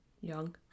Young